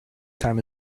time